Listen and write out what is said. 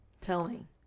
telling